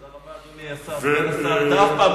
תודה רבה, אדוני סגן השר, אני מודה לך מאוד.